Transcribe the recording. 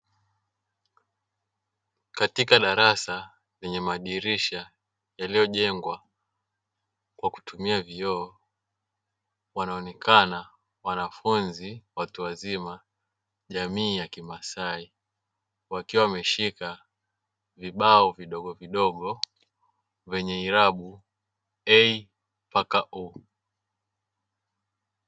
Katika darasa lenye madirisha yaliyojengwa kwa kutumia vioo, wanaonekana wanafunzi watu wazima (jamii ya kimasai) wakiwa wameshika vibao vidogovidogo vyenye irabu "a" mpaka "u".